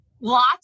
lots